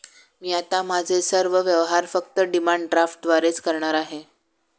मी आता माझे सर्व व्यवहार फक्त डिमांड ड्राफ्टद्वारेच करणार आहे